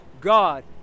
God